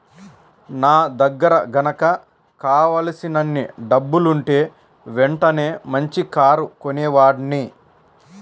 నా దగ్గర గనక కావలసినన్ని డబ్బులుంటే వెంటనే మంచి కారు కొనేవాడ్ని